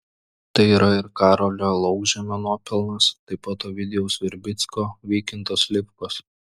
tai yra ir karolio laukžemio nuopelnas taip pat ovidijaus verbicko vykinto slivkos